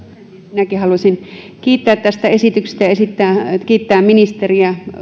minäkin haluaisin kiittää tästä esityksestä ja kiittää ministeriä